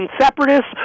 separatists